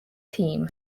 team